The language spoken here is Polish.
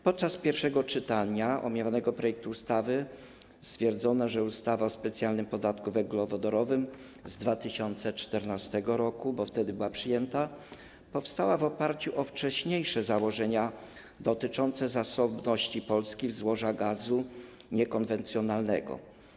Podczas pierwszego czytania omawianego projektu ustawy stwierdzono, że ustawa o specjalnym podatku węglowodorowym z 2014 r., bo wtedy była ona przyjęta, powstała w oparciu o wcześniejsze założenia dotyczące zasobności Polski w złoża gazu niekonwencjonalnego.